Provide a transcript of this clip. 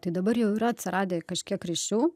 tai dabar jau yra atsiradę kažkiek ryšių